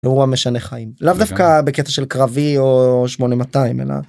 אירוע משנה חיים. לאו דווקא בקטע של קרבי או 8200 אלא.